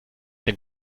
den